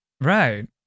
Right